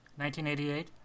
1988